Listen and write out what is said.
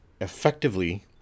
Effectively